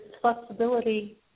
flexibility